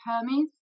Hermes